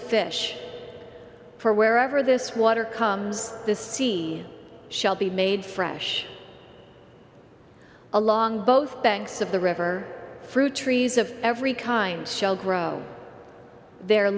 fish for wherever this water comes the sea shall be made fresh along both banks of the river fruit trees of every kind shall grow their